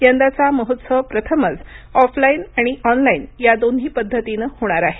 यंदाचा महोत्सव प्रथमच ऑफलाइन आणि ऑनलाइन या दोन्ही पद्धतीनं होणार आहे